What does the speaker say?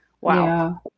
wow